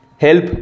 help